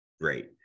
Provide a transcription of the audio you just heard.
Great